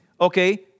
Okay